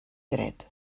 dret